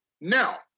Now